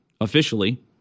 officially